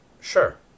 Sure